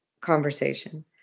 conversation